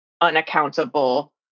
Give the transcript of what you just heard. unaccountable